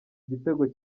igitego